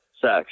sex